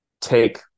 take